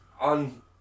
on